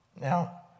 Now